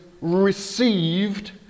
received